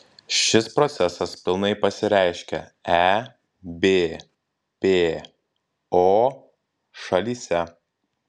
šis procesas pilnai pasireiškė ebpo šalyse